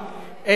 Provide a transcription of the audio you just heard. לא, לא להשיב.